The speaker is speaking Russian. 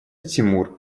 тимур